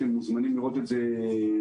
אתם מוזמנים לראות את זה מקרוב.